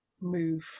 move